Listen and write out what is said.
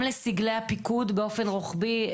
לסגלי הפיקוד, באופן רוחבי.